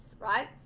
right